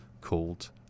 called